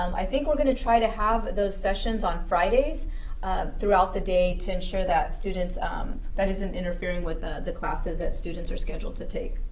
um i think we're going to try to have those sessions on fridays throughout the day to ensure that um that isn't interfering with ah the classes that students are scheduled to take.